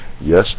yes